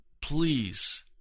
please